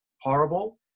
horrible